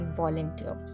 volunteer